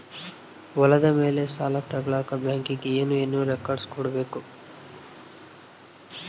ಹೊಲದ ಮೇಲೆ ಸಾಲ ತಗಳಕ ಬ್ಯಾಂಕಿಗೆ ಏನು ಏನು ರೆಕಾರ್ಡ್ಸ್ ಕೊಡಬೇಕು?